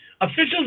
Officials